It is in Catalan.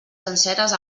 senceres